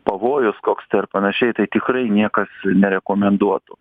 pavojus koks tai ir panašiai tai tikrai niekas nerekomenduotų